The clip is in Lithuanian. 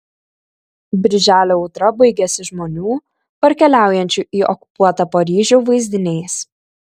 birželio audra baigiasi žmonių parkeliaujančių į okupuotą paryžių vaizdiniais